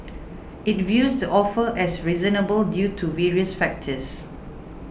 it views the offer as reasonable due to various factors